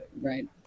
Right